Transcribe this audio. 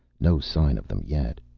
no sign of them yet.